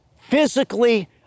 physically